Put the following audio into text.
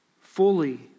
Fully